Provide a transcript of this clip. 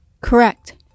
Correct